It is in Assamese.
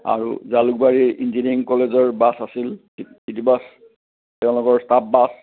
আৰু জালুকবাৰীৰ ইঞ্জিনিয়াৰিং কলেজৰ বাছ আছিল চিটি বাছ তেওঁলোকৰ ষ্টাফ বাছ